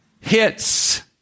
hits